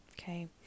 okay